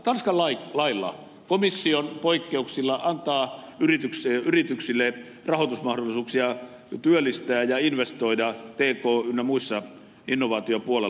tanskan lailla komission poikkeuksilla antaa yrityksille rahoitusmahdollisuuksia työllistää ja investoida pk ynnä muissa asioissa innovaatiopuolella